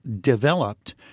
developed